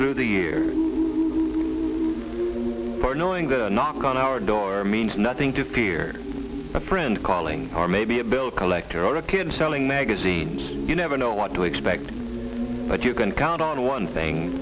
through the year knowing that a knock on our door means nothing to fear a friend calling or maybe a bill collector or a kid selling magazines you never know what to expect but you can count on one thing